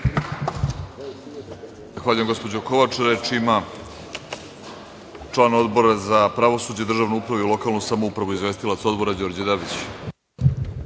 Zahvaljujem gospođo Kovač. Reč ima član Odbora za pravosuđe, državnu upravu i lokalnu samoupravu, izvestilac Odbora, Đorđe Dabić.